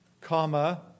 comma